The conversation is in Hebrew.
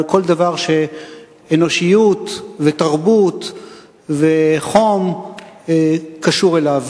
אלא כל דבר שאנושיות ותרבות וחום קשורים אליו.